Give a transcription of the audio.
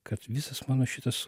kad visas mano šitas